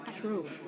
true